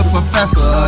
Professor